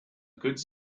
goods